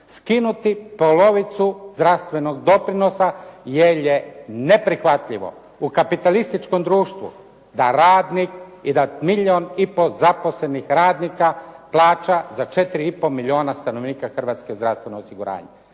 Skinuti polovicu zdravstvenog doprinosa, jer je neprihvatljivo. U kapitalisičkom društvu da radnik i da milijun i pol zaposlenih radnika, plaća za 4,5 milijuna stanovnika Hrvatske zdravstveno osigurane.